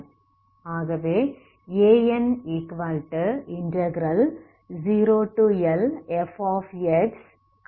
ஆகவே An0Lfcos 2n1πx2L dx0L2n1πx2L dx